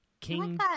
King